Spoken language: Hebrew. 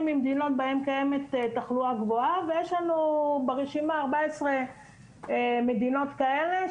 בהם קיימת תחלואה גבוהה ויש לנו ברשימה 14 מדינות כאלה,